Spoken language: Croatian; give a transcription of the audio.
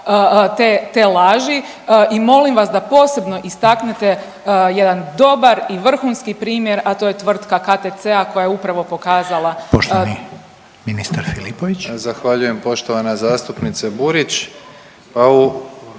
ate laži i molim vas da posebno istaknete jedan dobar i vrhunski primjer, a to je Tvrtka KTC-a koja je upravo pokazala. **Reiner, Željko (HDZ)** Poštovani ministar Filipović. **Filipović, Davor (HDZ)** Zahvaljujem poštovana zastupnice Burić. Pa u